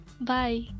Bye